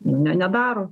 ne nedaro